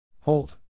Hold